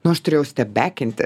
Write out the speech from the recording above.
nu aš turėjau stebekinti